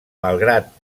malgrat